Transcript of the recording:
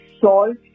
salt